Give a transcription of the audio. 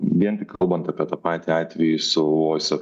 vien tik kalbant apie tą patį atvejį savose